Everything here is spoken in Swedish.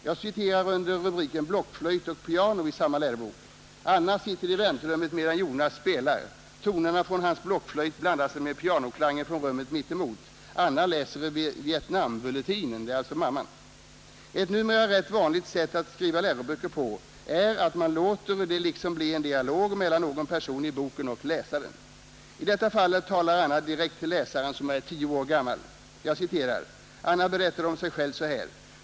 Jag citerar under rubriken ”Blockflöjt och piano” ur samma lärobok: ”Anna sitter i väntrummet medan Jonas spelar. Tonerna från hans blockflöjt blandar sig med pianoklanger från rummet mitt emot. Anna läser Vietnambulletinen” — det är alltså mamman. Ett numera rätt vanligt sätt att skriva läroböcker är att man låter det liksom bli en dialog mellan någon person i boken och läsaren. I detta fall talar Anna direkt till läsaren. Jag citerar: ”Anna berättar om sig själv så här.